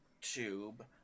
Tube